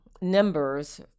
numbers